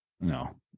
no